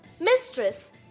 Mistress